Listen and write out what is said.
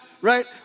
right